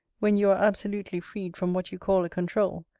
when you are absolutely freed from what you call a controul,